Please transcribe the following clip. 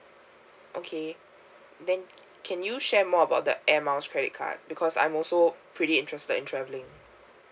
okay then can you share more about the air miles credit card because I'm also pretty interested in travelling